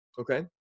okay